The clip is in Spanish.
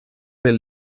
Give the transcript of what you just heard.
del